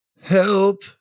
Help